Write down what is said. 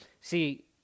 See